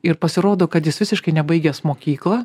ir pasirodo kad jis visiškai nebaigęs mokyklą